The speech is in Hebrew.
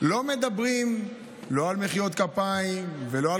לא מדברים לא על מחיאות כפיים ולא על